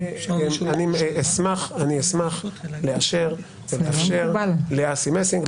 אני אשמח לאשר ולאפשר לאסי מסינג,